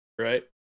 Right